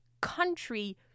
country